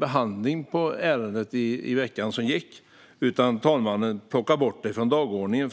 behandlades inte ärendet i veckan som gick. Talmannen plockade bort det från dagordningen.